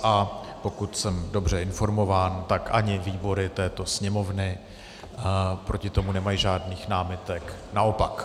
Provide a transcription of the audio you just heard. A pokud jsem dobře informován, tak ani výbory této Sněmovny proti tomu nemají žádných námitek, naopak.